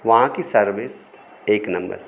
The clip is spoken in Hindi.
वहाँ की सर्विस एक नंबर थी